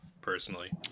personally